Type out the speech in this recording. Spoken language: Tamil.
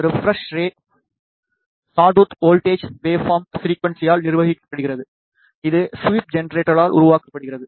ரெப்பிரேஷ் ரேட் சாடூத் வோல்ட்டேஜ் வெவ்பார்ம்மின் ஃபிரிக்குவன்ஸியால் நிர்வகிக்கப்படுகிறது இது ஸ்வீப் ஜெனரேட்டரால் உருவாக்கப்படுகிறது